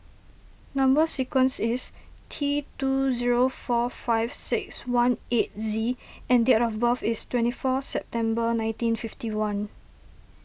Number Sequence is T two zero four five six one eight Z and date of birth is twenty four September nineteen fifty one